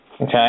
Okay